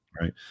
Right